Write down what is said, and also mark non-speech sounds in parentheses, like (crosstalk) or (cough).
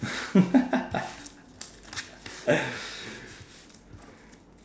(laughs)